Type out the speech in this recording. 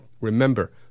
remember